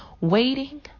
waiting